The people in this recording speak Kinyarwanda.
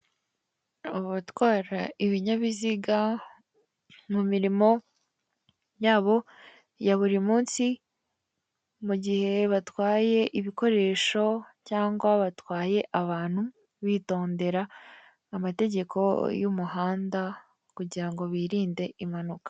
Abatwara ibinyabiziga mu mirimo yabo ya buri munsi, mu gihe batwaye ibikoresho cyangwa batwaye abantu bitondera amategeko y'umuhanda, kugira ngo birinde impanuka.